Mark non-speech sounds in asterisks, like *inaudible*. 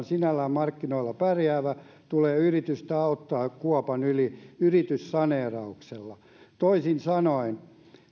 *unintelligible* sinällään markkinoilla pärjäävä tulee yritystä auttaa kuopan yli yrityssaneerauksella toisin sanoen